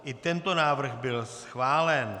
I tento návrh byl schválen.